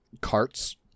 carts